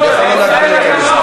אני יכול לא להגביל אותם בזמן.